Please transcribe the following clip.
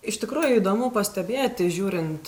iš tikrųjų įdomu pastebėti žiūrint